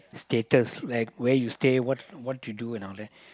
status like where you stay what what you do and all that